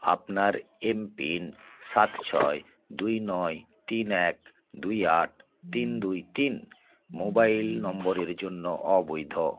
আপনার এমপিন সাত ছয় দুই নয় তিন এক দুই আট তিন দুই তিন মোবাইল নম্বরের জন্য অবৈধ